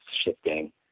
shifting